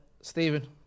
Stephen